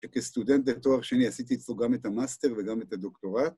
‫שכסטודנט בתואר שני ‫עשיתי אצלו גם את המאסטר וגם את הדוקטורט.